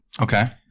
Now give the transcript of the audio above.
Okay